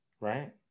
right